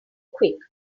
quick